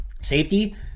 Safety